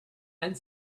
and